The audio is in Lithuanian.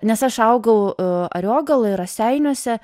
nes aš augau ariogaloj raseiniuose